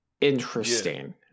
Interesting